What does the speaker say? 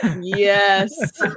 yes